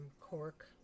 Cork